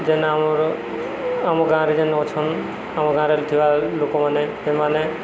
ଯେନ୍ ଆମର ଆମ ଗାଁରେ ଯେନ୍ ଅଛନ୍ ଆମ ଗାଁରେ ଥିବା ଲୋକମାନେ ସେମାନେ